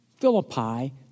Philippi